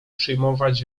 przyjmować